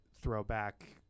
throwback